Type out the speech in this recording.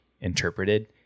interpreted